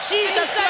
Jesus